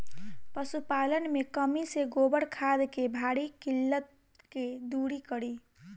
पशुपालन मे कमी से गोबर खाद के भारी किल्लत के दुरी करी?